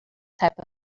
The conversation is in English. type